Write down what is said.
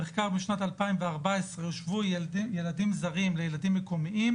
במחקר משנת 2014 הושוו ילדים זרים לילדים מקומיים,